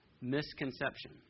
misconception